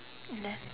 unless